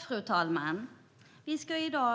Fru talman! Vi